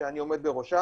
שאני עומד בראשה.